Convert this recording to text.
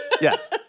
Yes